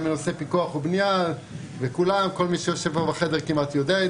גם בנושא פיקוח ובנייה וכול מי שיושב פה בחדר יודע את